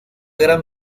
gran